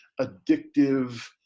addictive